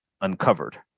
uncovered